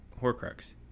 horcrux